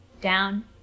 down